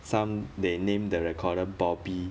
some they named the recorder bobby